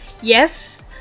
yes